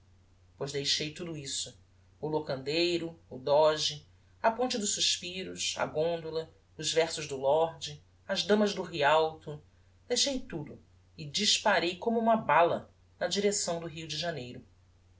pois deixei tudo isso o locandeiro o doge a ponte dos suspiros a gondola os versos do lord as damas do rialto deixei tudo e disparei como uma bala na direcção do rio de janeiro